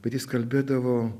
bet jis kalbėdavo